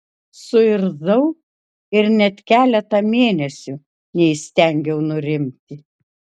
suirzau ir net keletą mėnesių neįstengiau nurimti